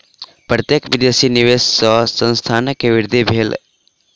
प्रत्यक्ष विदेशी निवेश सॅ संस्थान के वृद्धि भेल